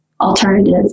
alternative